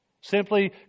Simply